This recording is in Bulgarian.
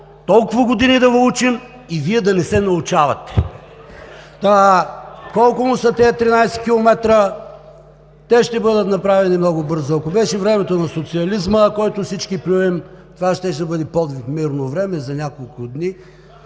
толкова години да Ви учим и Вие да не се научавате! Та, колко му са тези 13 километра? Те ще бъдат направени много бързо. Ако беше времето на социализма, който всички плюем, това щеше да бъде подвиг в мирно време – за няколко дни…